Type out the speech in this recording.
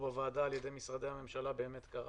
בוועדה על ידי משרדי הממשלה באמת קרה,